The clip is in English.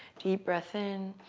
deep breath in.